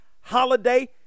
holiday